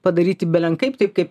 padaryti belenkaip taip kaip